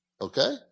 Okay